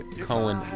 Cohen